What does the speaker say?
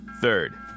third